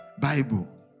Bible